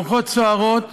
הרוחות סוערות